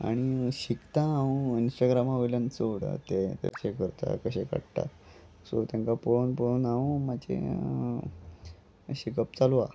आनी शिकता हांव इंस्टाग्रामा वयल्यान चड तें कशें करता कशें काडटा सो तांकां पळोवन पळोवन हांव मातशें शिकप चालू आसा